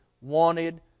wanted